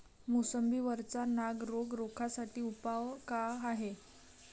मोसंबी वरचा नाग रोग रोखा साठी उपाव का हाये?